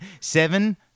seven